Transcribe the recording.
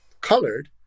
colored